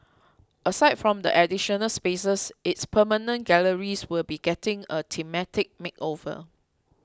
aside from the additional spaces its permanent galleries will be getting a thematic makeover